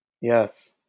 Yes